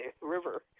River